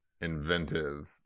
inventive